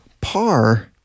par